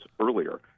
earlier